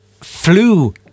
flu